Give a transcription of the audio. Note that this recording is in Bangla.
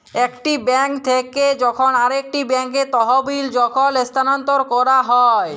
একটি বেঙ্ক থেক্যে যখন আরেকটি ব্যাঙ্কে তহবিল যখল স্থানান্তর ক্যরা হ্যয়